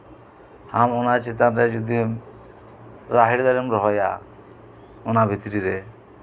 ᱟᱢ ᱚᱱᱟ ᱪᱮᱛᱟᱱᱨᱮ ᱡᱚᱫᱤᱢ ᱨᱟᱦᱮᱲ ᱫᱟᱨᱮᱢ ᱨᱚᱦᱚᱭᱟ ᱚᱱᱟ ᱵᱷᱤᱛᱨᱤ ᱨᱮ